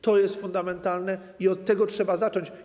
To jest fundamentalne i od tego trzeba zacząć.